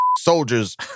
soldiers